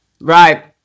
Right